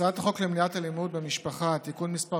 הצעת חוק למניעת אלימות במשפחה (תיקון מס'